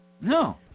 No